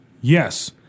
Yes